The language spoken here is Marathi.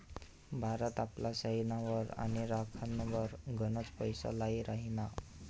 भारत आपली सेनावर आणि राखनवर गनच पैसा लाई राहिना